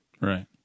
Right